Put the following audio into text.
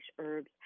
herbs